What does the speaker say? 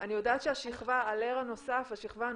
אני יודעת שהשכבה הנוספת